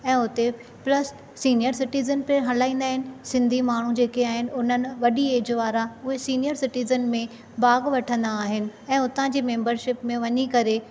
ऐं हुते plus senior citizen पिण हलाईंदा आहिनि सिंधी माण्हू जेके आहिनि उन्हनि वॾी एज वारा उहे सीनियर सिटीज़न में भाॻु वठंदा आहिनि ऐं हुते जी मेंबरशिप में वञी करे